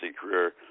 career